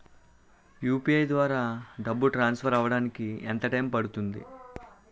UPI ద్వారా డబ్బు transfer అవ్వడానికి ఎంత టైం పడుతుంది?